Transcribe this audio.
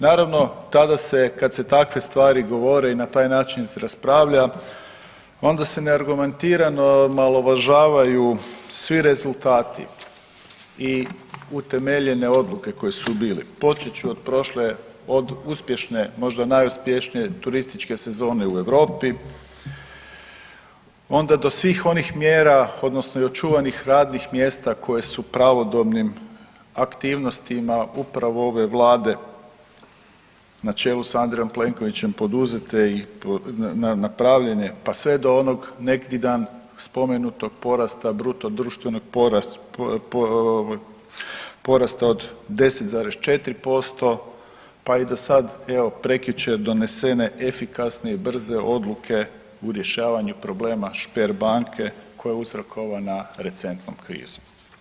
Naravno tada se kad se takve stvari govore i na taj način se raspravlja onda se ne argumentirano omalovažavaju svi rezultati i utemeljene odluke koje su bile, počet ću od prošle od uspješne možda najuspješnije turističke sezone u Europi onda do svih onih mjera odnosno i očuvanih radnih mjesta koja su pravodobnim aktivnostima upravo ove vlade na čelu s Andrejom Plenkovićem poduzete i napravljene, pa sve do onog neki dan spomenutog porasta bruto društvenog porasta od 10,4%, pa i do sad evo prekjučer donesene efikasne i brze odluke u rješavanju problema Sberbanke koja je uzrokovana recentnom krizom.